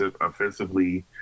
offensively